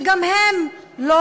שגם הם לא,